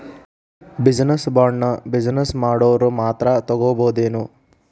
Business ಬಾಂಡ್ನ business ಮಾಡೊವ್ರ ಮಾತ್ರಾ ತಗೊಬೊದೇನು?